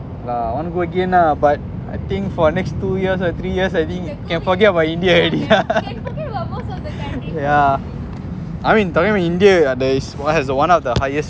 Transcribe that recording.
I want to go again lah but I think for the next two years or three years I think you can forget about india already yeah I mean talking about india there is it's one of the highest